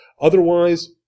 Otherwise